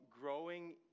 growing